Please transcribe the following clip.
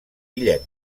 illenc